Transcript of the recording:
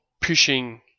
pushing